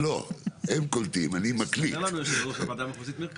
הם קולטים, אני מקליט.